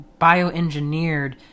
bioengineered